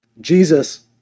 Jesus